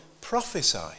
prophesy